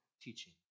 teaching